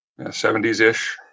70s-ish